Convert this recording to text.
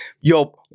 yo